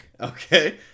okay